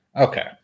Okay